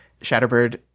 shatterbird